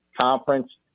Conference